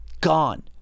gone